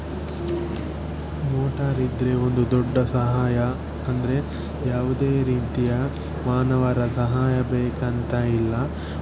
ಮೋಟಾರಿದ್ದರೆ ಒಂದು ದೊಡ್ಡ ಸಹಾಯ ಅಂದರೆ ಯಾವುದೇ ರೀತಿಯ ಮಾನವರ ಸಹಾಯ ಬೇಕಂತ ಇಲ್ಲ